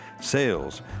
sales